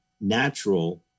natural